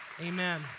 Amen